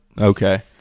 Okay